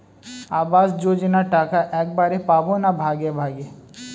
আবাস যোজনা টাকা একবারে পাব না ভাগে ভাগে?